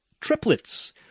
triplets